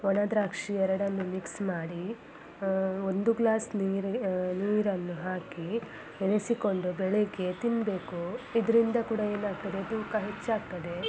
ಒಣ ದ್ರಾಕ್ಷಿ ಎರಡನ್ನೂ ಮಿಕ್ಸ್ ಮಾಡಿ ಒಂದು ಗ್ಲಾಸ್ ನೀರ್ ನೀರನ್ನು ಹಾಕಿ ನೆನೆಸಿಕೊಂಡು ಬೆಳಿಗ್ಗೆ ತಿನ್ನಬೇಕು ಇದರಿಂದ ಕೂಡ ಏನಾಗ್ತದೆ ತೂಕ ಹೆಚ್ಚಾಗ್ತದೆ